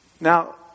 Now